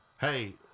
Hey